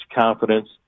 confidence